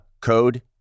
code